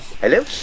Hello